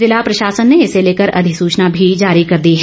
जिला प्रशाासन ने इसे लेकर अधिसूचना भी जारी कर दी है